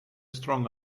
strong